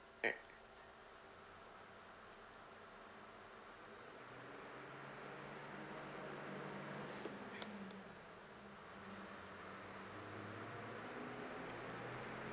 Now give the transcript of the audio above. mm